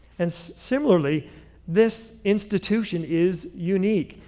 and similarly this institution is unique.